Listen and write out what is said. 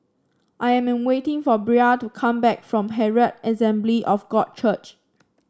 I am waiting for Bria to come back from Herald Assembly of God Church